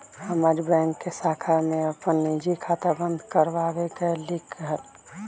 हम आज बैंक के शाखा में अपन निजी खाता बंद कर वावे गय लीक हल